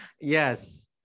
Yes